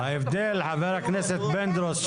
ההבדל ח"כ פינדרוס,